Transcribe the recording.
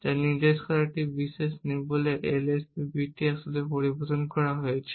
যা নির্দেশ করে যে এই বিশেষ নিবলের LSB বিটটি আসলে পরিবর্তন করা হয়েছে